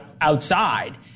outside